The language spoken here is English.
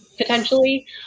Potentially